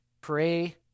pray